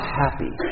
happy